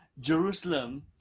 Jerusalem